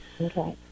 Okay